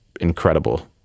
incredible